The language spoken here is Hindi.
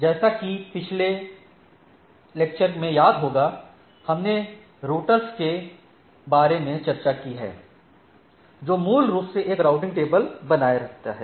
जैसा कि आपको पिछले लेक्चर में याद होगा हमने रूटर्स के बारे में चर्चा की है जो मूल रूप से एक राउटिंग टेबल बनाए रखते हैं